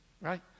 Right